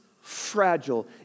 fragile